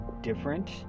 different